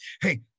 Hey